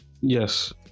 Yes